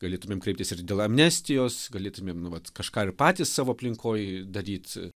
galėtumėm kreiptis ir dėl amnestijos galėtumėm nu vat kažką ir patys savo aplinkoj daryt